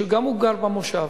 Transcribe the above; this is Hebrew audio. שגם הוא גר במושב,